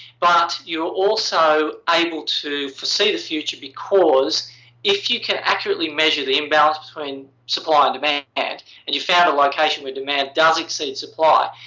but you're also able to foresee the future because if you can accurately measure the imbalance between supply and demand and and you found a location where demand does exceed supply,